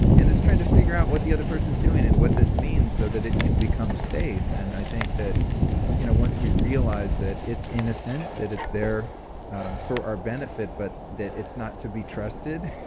and and it's trying to figure out what the other person is doing and what this means so that it can become safe, and i think that you know once we realize that it's innocent, that it's there for our benefit but that it's not to be trusted,